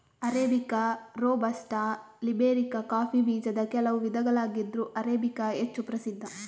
arabica, robusta, liberica coffee ಬೀಜದ ಕೆಲವು ವಿಧಗಳಾಗಿದ್ರೂ ಅರೇಬಿಕಾ ಹೆಚ್ಚು ಪ್ರಸಿದ್ಧ